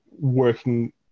working